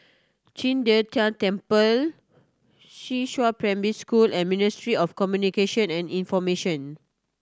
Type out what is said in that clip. Qing De Tang Temple Primary School and Ministry of Communication and Information